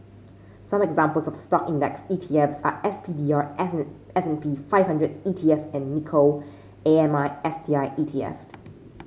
some examples of stock index E T F are S P D R S and S and P five hundred E T F and Nikko A M I S T I E T F